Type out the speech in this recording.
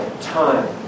time